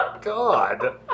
God